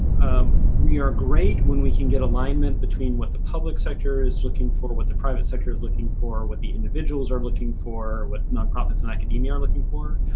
um we are great when we can get alignment between what the public sector is looking for, what the private sector is looking for, what the individuals are looking for, what non-profits and academia are looking for.